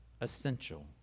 essential